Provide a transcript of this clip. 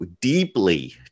deeply